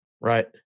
Right